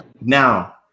Now